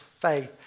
faith